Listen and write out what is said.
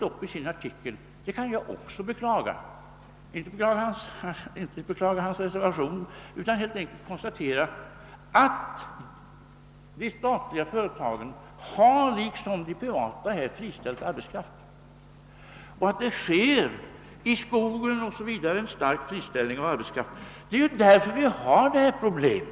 Också jag kan beklaga det som herr Hagnell har tagit upp i sin artikel, nämligen att de statliga företagen liksom de privata har friställt arbetskraft och att det bl.a. i skogen sker en omfattande friställning av arbetskraft. Det är därför vi har detta problem.